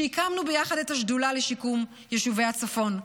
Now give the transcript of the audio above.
שהקמנו ביחד את השדולה לשיקום יישובי הצפון.